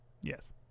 Yes